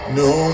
no